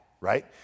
right